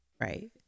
right